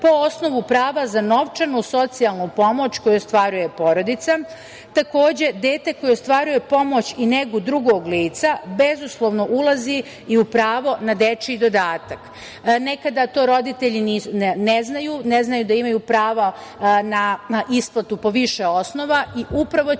po osnovu prava na novčanu socijalnu pomoć koju ostvaruje porodica. Takođe, dete koje ostvaruje pomoć i negu drugog lica bezuslovno ulazi i u pravo na dečiji dodatak. Nekada to roditelji ne znaju, ne znaju da imaju pravo na isplatu po više osnova i upravo će